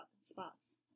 spots